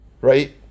Right